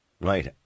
Right